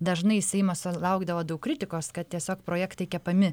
dažnai seimas sulaukdavo daug kritikos kad tiesiog projektai kepami